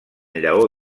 llaor